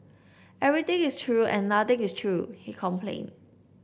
everything is true and nothing is true he complained